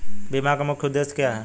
बीमा का मुख्य उद्देश्य क्या है?